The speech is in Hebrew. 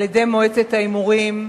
על-ידי מועצת ההימורים,